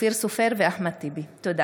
אופיר סופר ואחמד טיבי בנושא: פגיעה